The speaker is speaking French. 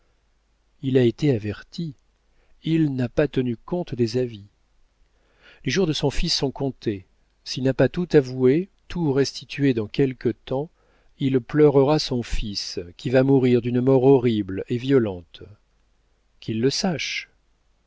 il a été averti il n'a pas tenu compte des avis les jours de son fils sont comptés s'il n'a pas tout avoué tout restitué dans quelque temps il pleurera son fils qui va mourir d'une mort horrible et violente qu'il le sache